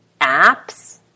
apps